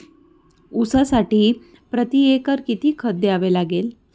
ऊसासाठी प्रतिएकर किती खत द्यावे लागेल?